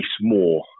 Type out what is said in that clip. more